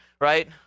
right